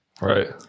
Right